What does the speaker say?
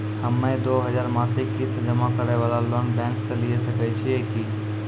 हम्मय दो हजार मासिक किस्त जमा करे वाला लोन बैंक से लिये सकय छियै की?